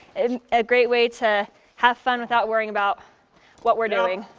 and a great way to have fun without worrying about what we're doing.